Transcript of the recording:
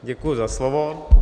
Děkuji za slovo.